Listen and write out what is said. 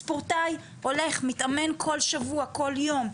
ספורטאי הולך ומתאמן כל שבוע, כל יום,